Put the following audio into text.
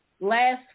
last